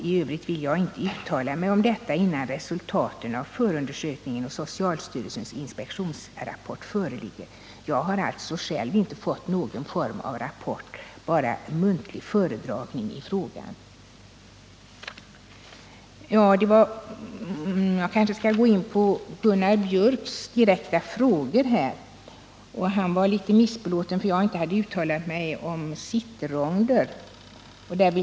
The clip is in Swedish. I övrigt vill jag inte uttala mig om detta, innan resultaten av förundersökningen och socialstyrelsens inspektionsrapport föreligger. Jag har alltså själv inte fått någon form av rapport utan bara en muntlig föredragning i frågan. Jag vill också gå in på Gunnar Biörcks direkta frågor. Han var litet missbelåten, eftersom jag inte hade uttalat mig om sittronder.